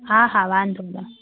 हा हा वांधो न